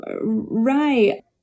right